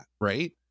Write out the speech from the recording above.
right